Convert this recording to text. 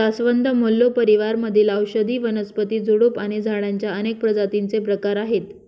जास्वंद, मल्लो परिवार मधील औषधी वनस्पती, झुडूप आणि झाडांच्या अनेक प्रजातींचे प्रकार आहे